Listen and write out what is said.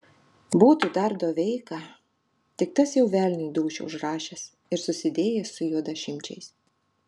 būtų dar doveika tik tas jau velniui dūšią užrašęs ir susidėjęs su juodašimčiais